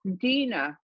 Dina